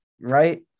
Right